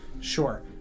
Sure